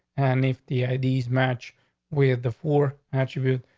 and if the ideas match with the four, actually,